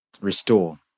Restore